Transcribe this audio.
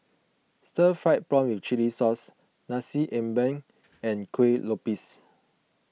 Stir Fried Prawn with Chili Sauce Nasi Ambeng and Kuih Lopes